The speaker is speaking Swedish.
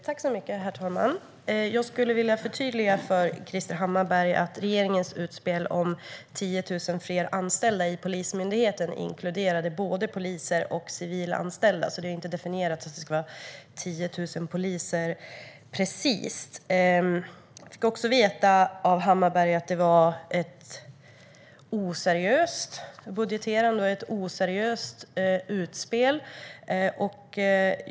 Herr talman! Jag skulle vilja förtydliga för Krister Hammarbergh att regeringens utspel om 10 000 fler anställda vid Polismyndigheten inkluderade både poliser och civilanställda. Det är inte definierat att det ska vara precis 10 000 poliser. Jag fick också veta av Hammarbergh att det var ett oseriöst budgeterande och ett oseriöst utspel.